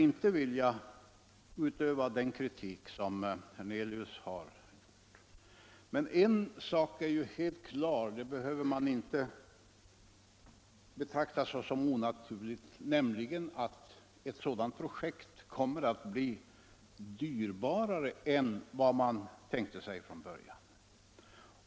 Jag vill inte utöva den kritik som herr Hernelius för fram, men en sak är ju helt klar, och det behöver vi inte betrakta såsom onaturligt, nämligen att ett sådant projekt kommer att bli dyrbarare än vad man tänkte sig från början.